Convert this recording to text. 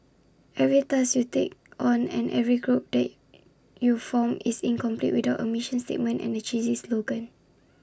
every task you take on and every group that you form is incomplete without A mission statement and A cheesy slogan